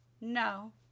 No